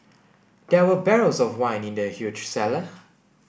there were barrels of wine in the huge cellar